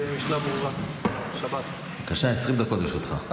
נקווה שהדובר הבא יעניין אותך,